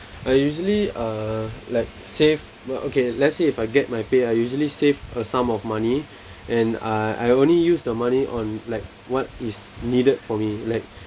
I usually uh like save uh okay let's say if I get my pay I usually save a sum of money and uh I only use the money on like what is needed for me like